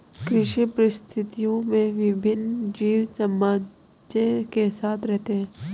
कृषि पारिस्थितिकी में विभिन्न जीव सामंजस्य के साथ रहते हैं